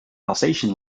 alsatian